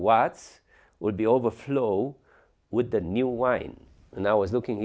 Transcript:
watts would be overflow with the new wine and i was looking